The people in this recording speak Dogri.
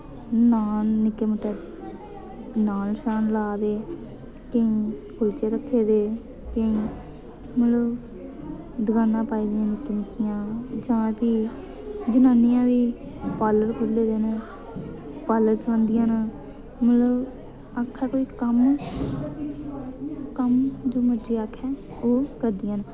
नान निक्के मुट्टे नान शान ला दे केईं कुलचे रक्खे दे केईं मतलब दकानां पाई दियां निक्की निक्कियां जां फ्ही जनानियां बी पार्लर खोह्ले दे न पार्लर सखांदियां न मतलब आखै कोई कम्म कम्म जो मर्जी आखै ओह् करदियां न